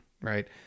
right